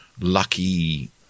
lucky